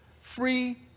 Free